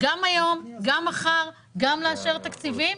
גם היום, גם מחר, גם לאשר תקציבים.